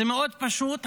זה מאוד פשוט.